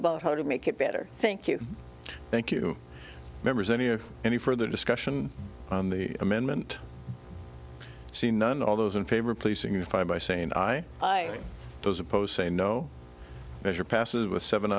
about how to make it better thank you thank you members any and any further discussion on the amendment see none all those in favor of policing the fire by saying i i mean those opposed say no measure passes with seven